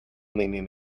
leaning